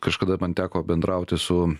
kažkada man teko bendrauti su